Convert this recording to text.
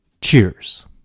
cheers